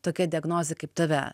tokia diagnozė kaip tave